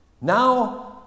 Now